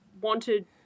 wanted